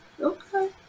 okay